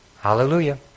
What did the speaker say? Hallelujah